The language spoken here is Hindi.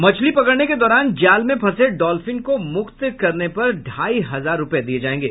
मछली पकड़ने के दौरान जाले में फंसे डाल्फिन को मुक्त करने पर ढाई हजार रूपये दिये जायेंगे